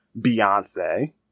Beyonce